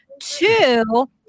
Two